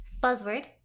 buzzword